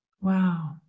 Wow